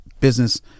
business